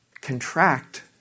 contract